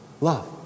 love